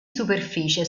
superficie